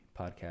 podcast